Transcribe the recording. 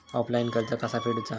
Offline कर्ज कसा फेडूचा?